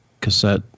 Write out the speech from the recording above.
cassette